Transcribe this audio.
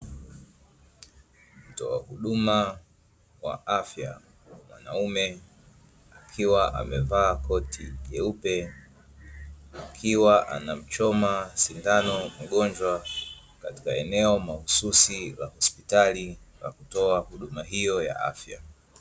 Mtoa huduma wa afya mwanaume akiwa amevaa koti jeupe, akiwa anamchoma sindano mgonjwa katika eneo mahususi la hospitali na kutoa huduma hiyo ya afya.